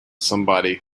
somebody